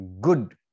good